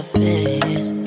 face